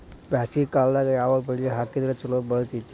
ಬ್ಯಾಸಗಿ ಕಾಲದಾಗ ಯಾವ ಬೆಳಿ ಹಾಕಿದ್ರ ಛಲೋ ಬೆಳಿತೇತಿ?